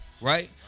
right